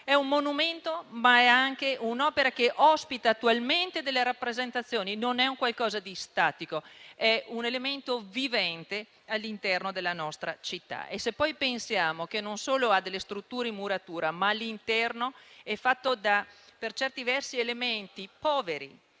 È un monumento, ma è anche un'opera che ospita attualmente delle rappresentazioni; pertanto non è un qualcosa di statico, è un elemento vivente all'interno della nostra città. Se poi pensiamo che non ha solo delle strutture in muratura, ma che l'interno è fatto da elementi poveri,